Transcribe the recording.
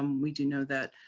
um we do know that